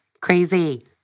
Crazy